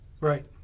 Right